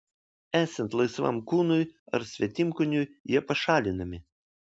esant laisvam kūnui ar svetimkūniui jie pašalinami